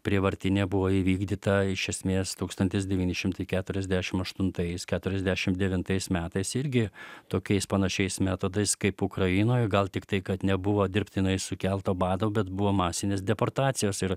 prievartinė buvo įvykdyta iš esmės tūkstantis devyni šimtai keturiasdešim aštuntais keturiasdešim devintais metais irgi tokiais panašiais metodais kaip ukrainoj gal tiktai kad nebuvo dirbtinai sukelto bado bet buvo masinės deportacijos ir